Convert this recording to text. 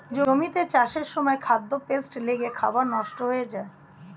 জমিতে চাষের সময় খাদ্যে পেস্ট লেগে খাবার নষ্ট হয়ে যায়